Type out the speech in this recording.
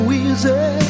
easy